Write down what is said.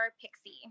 pixie